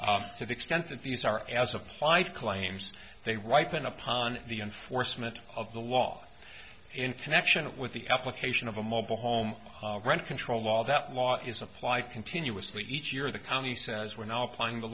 the extent that these are as applied claims they ripen upon the enforcement of the law in connection with the application of a mobile home rent control law that law is applied continuously each year the county says we're now applying the